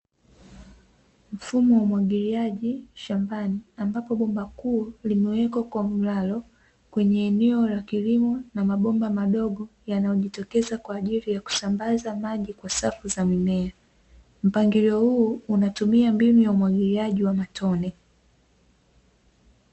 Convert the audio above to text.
Mfumo wa umwagiliaji shambani, ambapo bomba kuu limewekwa kwa mlalo, kwenye eneo la kilimo na mabomba madogo yanayojitokeza kwa ajili ya kusambaza maji kwa safu za mimea; mpangilio huu unatumia mbinu ya umwagiliaji wa matone.